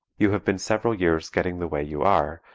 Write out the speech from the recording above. you have been several years getting the way you are,